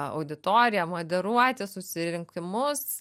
auditoriją moderuoti susirinkimus